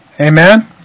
Amen